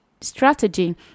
strategy